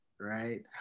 right